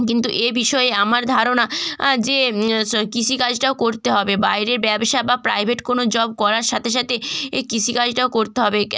কিন্তু এ বিষয়ে আমার ধারণা যে কৃষিকাজটাও করতে হবে বাইরে ব্যবসা বা প্রাইভেট কোনো জব করার সাতে সাতে এ কৃষিকাজটাও করতে হবে